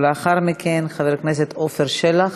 ולאחר מכן, חבר הכנסת עפר שלח.